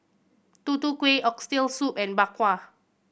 Tutu Kueh Oxtail Soup and Bak Kwa